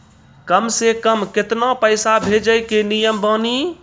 कम से कम केतना पैसा भेजै के नियम बानी?